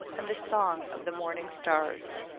and the song of the morning stars.